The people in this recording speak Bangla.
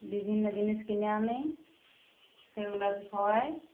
বিভিন্ন জিনিস কিনে আনি সেগুলোকে খাওয়াই